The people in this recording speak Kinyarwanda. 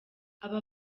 aba